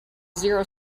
zero